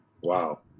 Wow